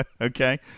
Okay